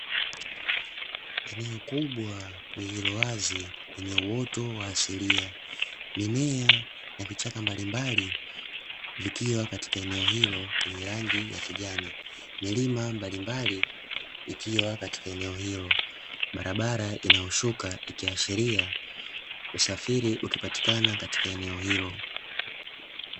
Eneo kubwa lililowazi lenye uoto wa asilia, mimea, na vichaka mbalimbali vikiwa katika eneo hilo lenye rangi ya kijani. Milima mbalimbali ikiwa katika eneo hilo. Barabara inayoshuka, ikiashiria usafiri ukipatikana katika eneo hilo.